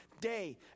day